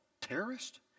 terrorist